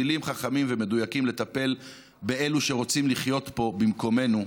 טילים חכמים ומדויקים לטפל באלו שרוצים לחיות פה במקומנו,